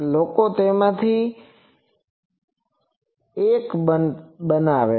લોકો તેને એકમાંથી બનાવે છે